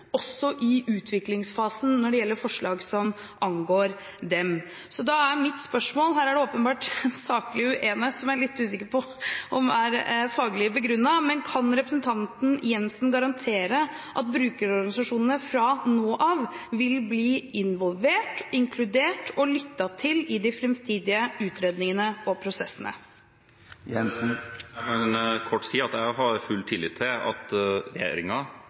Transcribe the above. også i utviklingsfasen når det gjelder forslag som angår dem. Så da er mitt spørsmål: Her er det åpenbart saklig uenighet som jeg er litt usikker på om er faglig begrunnet, men kan representanten Jenssen garantere at brukerorganisasjonene fra nå av vil bli involvert, inkludert og lyttet til i de framtidige utredningene og prosessene? Jeg kan kort si at jeg har full tillit til at